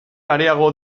areago